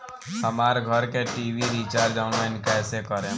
हमार घर के टी.वी रीचार्ज ऑनलाइन कैसे करेम?